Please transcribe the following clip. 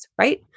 Right